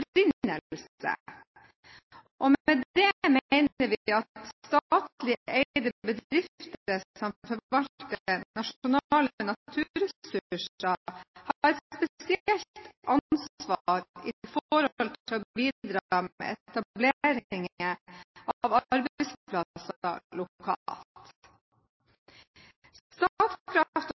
med det mener vi at statlig eide bedrifter som forvalter nasjonale naturressurser, har et spesielt ansvar når det gjelder å bidra med etableringer av